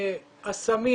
הסמים